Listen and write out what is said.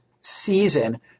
season